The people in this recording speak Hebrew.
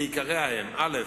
ועיקריה הם: א.